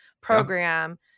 program